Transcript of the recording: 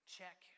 check